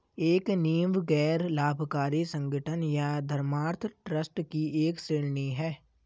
एक नींव गैर लाभकारी संगठन या धर्मार्थ ट्रस्ट की एक श्रेणी हैं